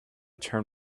turn